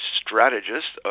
strategist